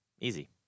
Easy